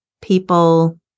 people